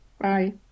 Bye